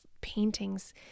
paintings